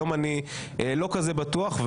היום אני לא כזה בטוח.